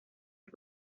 que